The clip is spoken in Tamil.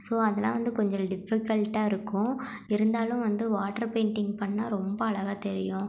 ஸோ அதெல்லாம் வந்து கொஞ்சம் டிஃபிகல்ட்டாக இருக்கும் இருந்தாலும் வந்து வாட்டர் பெயிண்ட்டிங் பண்ணால் ரொம்ப அழகாக தெரியும்